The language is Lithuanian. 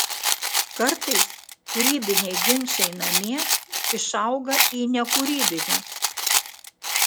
kartais kūrybiniai ginčai namie išauga į nekūrybinius